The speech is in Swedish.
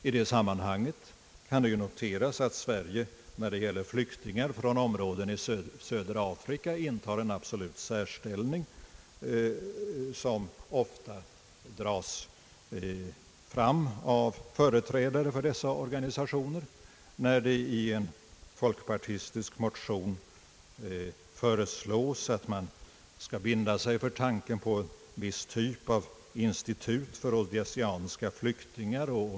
I detta sammanhang kan noteras att Sverige, när det gäller flyktingar från områden i södra Afrika, intar en absolut särställning, som ofta dras fram av företrädare för dessa organisationer. I en folkpartistisk motion föreslås att man skall binda sig för tanken på en viss typ av institut för rhodesianska flyktingar.